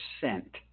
percent